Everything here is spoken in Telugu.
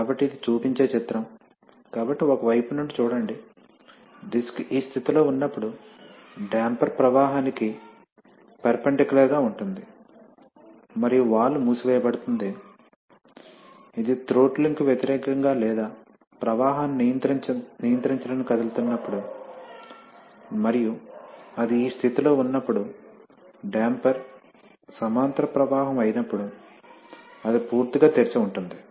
కాబట్టి ఇది చూపించే చిత్రం కాబట్టి ఒక వైపు నుండి చూడండి డిస్క్ ఈ స్థితిలో ఉన్నప్పుడు డాంపర్ ప్రవాహానికి పెర్పెన్డిక్యూలర్ గా ఉంటుంది మరియు వాల్వ్ మూసివేయబడుతుంది ఇది థ్రోట్లింగ్ కి వ్యతిరేకంగా లేదా ప్రవాహాన్ని నియంత్రించడానికి కదులుతున్నప్పుడు మరియు అది ఈ స్థితిలో ఉన్నప్పుడు డాంపర్ సమాంతర ప్రవాహం అయినప్పుడు అది పూర్తిగా తెరిచి ఉంటుంది